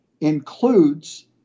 includes